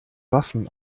waffen